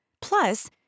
Plus